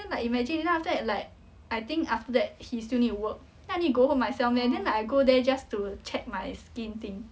then like imagine lah then after that like I think after that he still need to work then I need to go home myself meh then like I go there just to check my skin thing